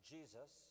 Jesus